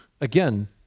Again